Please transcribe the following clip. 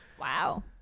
Wow